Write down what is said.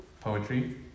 poetry